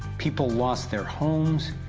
people lost their homes,